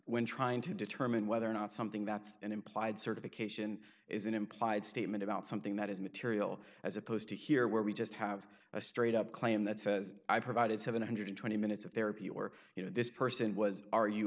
when trying to determine whether or not something that's an implied certification is an implied statement about something that is material as opposed to here where we just have a straight up claim that says i provided seven hundred and twenty minutes of therapy or you know this person was are you